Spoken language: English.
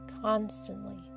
constantly